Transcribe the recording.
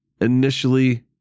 initially